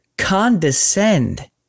condescend